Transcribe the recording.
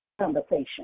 conversation